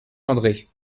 andré